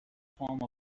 form